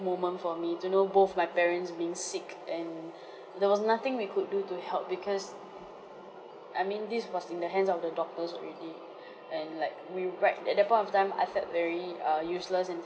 moment for me to know both my parents being sick and there was nothing we could do to help because I mean this was in the hands of the doctors already and like we right at that point of time I felt very err useless and